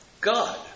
God